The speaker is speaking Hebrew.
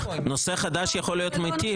נושא חדש יכול להיות מיטיב,